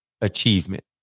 achievement